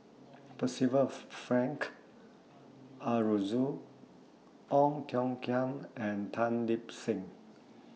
Percival Frank Aroozoo Ong Tiong Khiam and Tan Lip Seng